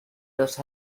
dos